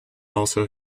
also